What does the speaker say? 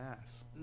ass